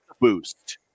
boost